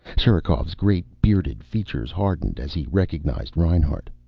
sherikov's great bearded features hardened as he recognized reinhart.